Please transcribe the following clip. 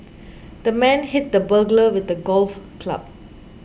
the man hit the burglar with a golf club